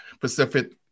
Pacific